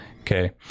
Okay